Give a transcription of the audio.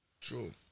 true